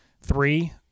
three